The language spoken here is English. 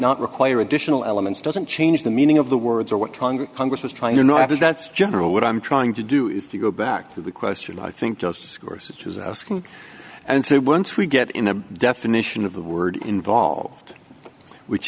not require additional elements doesn't change the meaning of the words or what tongue congress was trying you know of his that's general what i'm trying to do is to go back to the question i think justice course it was asking and say once we get in a definition of the word involved which